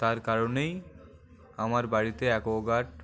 তার কারণেই আমার বাড়িতে অ্যাকোয়াগার্ড